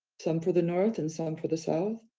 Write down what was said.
some for the north and some for the south.